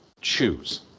Choose